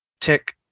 tick